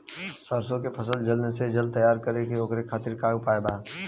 सरसो के फसल जल्द से जल्द तैयार हो ओकरे खातीर का उपाय बा?